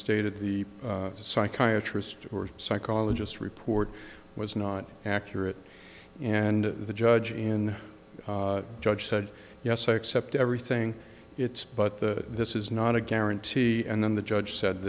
stated the psychiatry story psychologist report was not accurate and the judge in judge said yes i accept everything it's but the this is not a guarantee and then the judge said